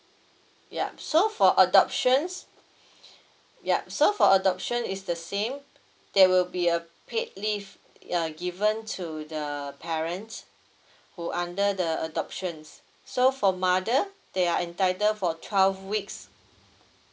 yup so for adoptions yup so for adoption is the same there will be a paid leave uh given to the parents who under the adoptions so for mother they are entitled for twelve weeks